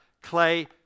Clay